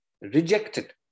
rejected